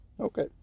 Okay